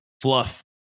fluff